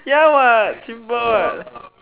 ya what simple what